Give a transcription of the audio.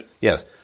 Yes